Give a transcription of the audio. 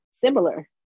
similar